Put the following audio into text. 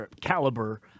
caliber